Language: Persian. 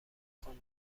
خانم